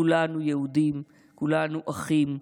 כולנו יהודים, כולנו אחים,